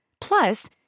Plus